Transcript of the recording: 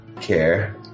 care